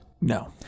No